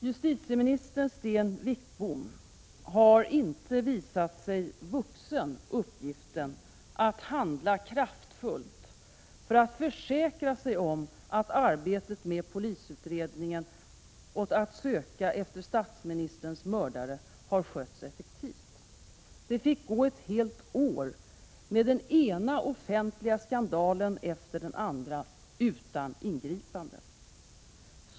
Justitieminister Sten Wickbom har inte visat sig vuxen uppgiften att handla kraftfullt för att försäkra sig om att polisens utredning och arbete för att söka efter statsministerns mördare har skötts effektivt. Det fick gå ett helt år med den ena offentliga skandalen efter den andra utan några ingripanden.